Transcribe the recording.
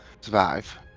survive